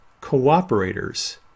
cooperators